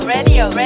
Radio